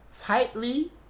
Tightly